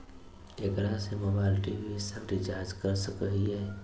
एकरा से mobile TV सब रिचार्ज कर सको हियै की?